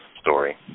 story